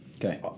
Okay